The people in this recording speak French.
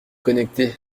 connecter